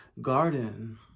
garden